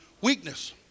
Weakness